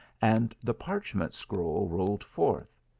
and the parchment scroll rolled forth.